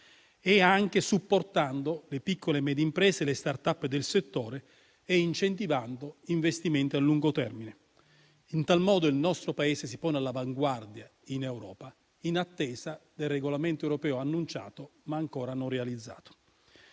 - supportando le piccole e medie imprese e le *start up* del settore e incentivando investimenti a lungo termine. In tal modo il nostro Paese si pone all'avanguardia in Europa, in attesa del regolamento europeo annunciato, ma ancora non realizzato.